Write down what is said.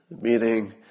Meaning